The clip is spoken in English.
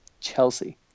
Chelsea